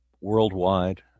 worldwide